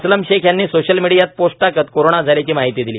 अस्लम शेख यांनी सोशल मिडीयात पोस्ट टाकत कोरोना झाल्याची माहिती दिली